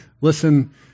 listen